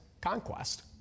conquest